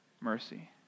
mercy